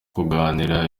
kuganira